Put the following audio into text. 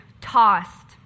tossed